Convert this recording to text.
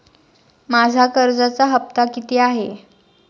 माझा कर्जाचा हफ्ता किती आहे?